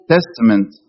Testament